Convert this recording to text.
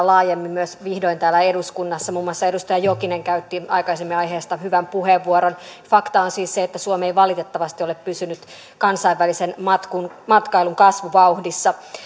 laajemmin myös täällä eduskunnassa muun muassa edustaja jokinen käytti aikaisemmin aiheesta hyvän puheenvuoron fakta on siis se että suomi ei valitettavasti ole pysynyt kansainvälisen matkailun kasvuvauhdissa